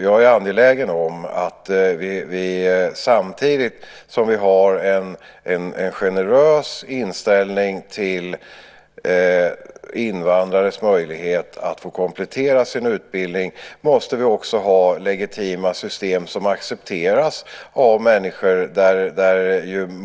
Jag är angelägen om att vi samtidigt som vi har en generös inställning till invandrares möjlighet att komplettera sin utbildning måste ha legitima system som accepteras av människor.